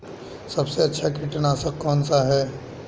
सबसे अच्छा कीटनाशक कौन सा है?